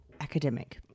academic